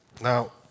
Now